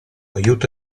aiuto